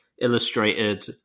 illustrated